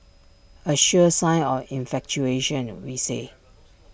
A sure sign of infatuation we say